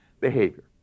behavior